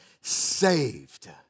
saved